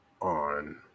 on